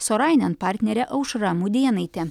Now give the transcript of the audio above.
sorainen partnerė aušra mudėnaitė